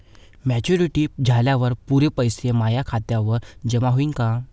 Maturity झाल्यावर पुरे पैसे माया खात्यावर जमा होईन का?